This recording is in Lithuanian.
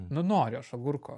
nu noriu aš agurko